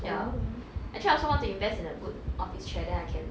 ya actually I also want to invest in a good office chair then I can